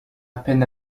peine